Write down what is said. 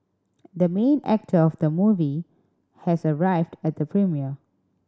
the main actor of the movie has arrived at the premiere